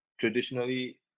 traditionally